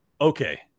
okay